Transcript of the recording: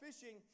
fishing